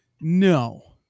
No